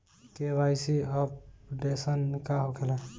KYC updation का होखेला?